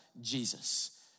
Jesus